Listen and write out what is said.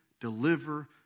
deliver